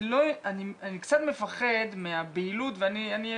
אני קצת מפחד מהבהילות ואני,